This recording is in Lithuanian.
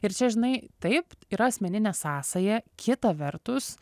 ir čia žinai taip yra asmeninė sąsaja kita vertus